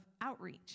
outreach